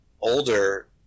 older